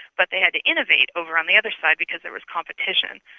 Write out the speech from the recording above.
but they had to innovate over on the other side because there was competition,